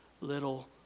little